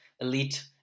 elite